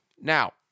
Now